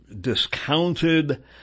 discounted